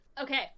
Okay